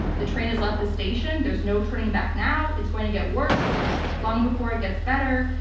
the train has left the station. there's no turning back now. it's going to get worse long before it gets better,